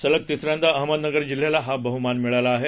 सलग तिसऱ्यांदा अहमदनगर जिल्ह्याला हा बहुमान मिळाला आहे